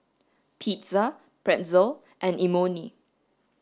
pizza pretzel and Imoni